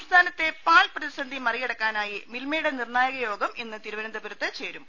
സംസ്ഥാനത്ത് പാൽ പ്രതിസന്ധി മറികടക്കാനായി മിൽമയുടെ നിർണായക യോഗം ഇന്ന് തിരുവനന്തപുരത്ത് ചേരും